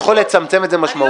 יכול לצמצם את זה משמעותית.